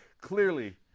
clearly